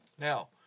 Now